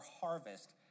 harvest